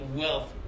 wealth